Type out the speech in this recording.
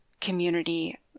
community